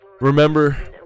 Remember